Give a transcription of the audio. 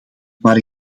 maar